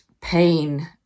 pain